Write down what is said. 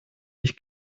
ich